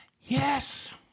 yes